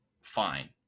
fine